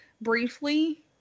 briefly